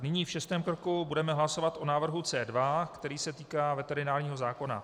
Nyní v šestém kroku budeme hlasovat o návrhu C2, který se týká veterinárního zákona.